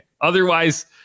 Otherwise